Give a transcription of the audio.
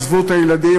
עזבו את הילדים,